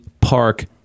park